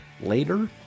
later